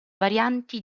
varianti